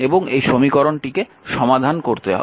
এবং এই সমীকরণটিকে সমাধান করতে হবে